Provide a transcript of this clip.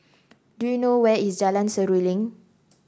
do you know where is Jalan Seruling